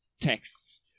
texts